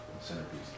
centerpiece